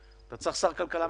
מתפקד.